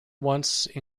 once